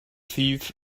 thief